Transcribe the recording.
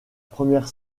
première